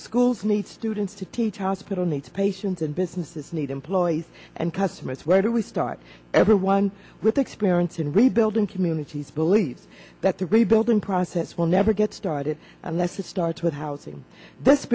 schools need students to teach hospital needs patients and businesses need employees and customers where do we start everyone with experience in rebuilding communities believe that the rebuilding process will never get started unless it starts with housing this